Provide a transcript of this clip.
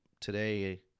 today